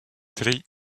три